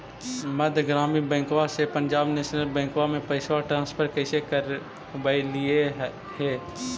मध्य ग्रामीण बैंकवा से पंजाब नेशनल बैंकवा मे पैसवा ट्रांसफर कैसे करवैलीऐ हे?